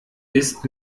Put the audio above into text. ist